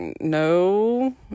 no